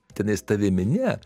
tenais tavimi ne